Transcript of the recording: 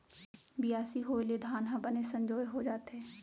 बियासी होय ले धान ह बने संजोए हो जाथे